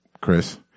Chris